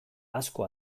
asko